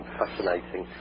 fascinating